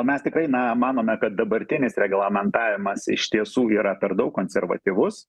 mes tikrai na manome kad dabartinis reglamentavimas iš tiesų yra per daug konservatyvus